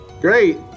great